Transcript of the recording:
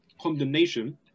condemnation